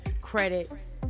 credit